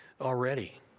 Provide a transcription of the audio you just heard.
already